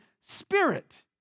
Spirit